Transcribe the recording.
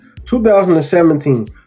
2017